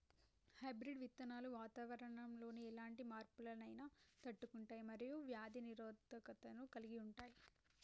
hybrid విత్తనాలు వాతావరణంలోని ఎలాంటి మార్పులనైనా తట్టుకుంటయ్ మరియు వ్యాధి నిరోధకతను కలిగుంటయ్